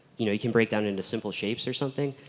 you know, you can break down into simple shapes or something.